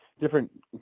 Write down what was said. different